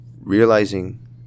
realizing